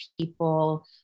people